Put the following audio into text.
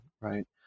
right